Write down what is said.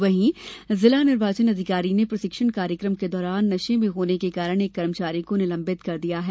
वहीं जिला निर्वाचन अधिकारी ने प्रशिक्षण कार्यकम के दौरान नशे में होने के कारण एक कर्मचारी को निलंबित कर दिया है